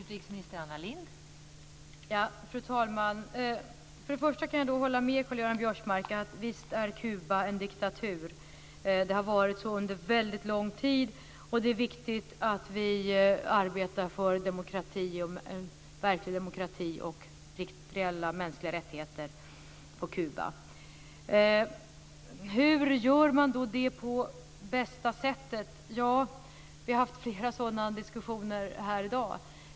Fru talman! Till att börja med kan jag hålla med Karl-Göran Biörsmark om att Kuba är en diktatur. Det har varit så under en väldigt lång tid, och det är viktigt att vi arbetar för en verklig demokrati och reella mänskliga rättigheter på Kuba. Hur gör man då det på bästa sättet? Ja, vi har haft flera sådana diskussioner här i dag.